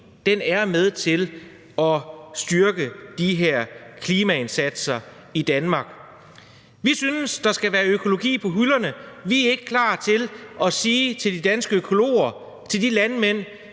er med til at styrke de her klimaindsatser i Danmark. Vi synes, der skal være økologi på hylderne. Vi er ikke klar til at sige til de danske økologer og de landmænd,